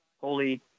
Holy